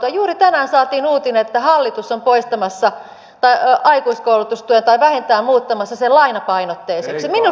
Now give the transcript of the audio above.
juuri tänään saatiin uutinen että hallitus on poistamassa aikuiskoulutustuen tai vähintään muuttamassa sen lainapainotteiseksi